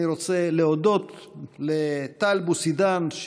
אני רוצה להודות לטל בוסידן,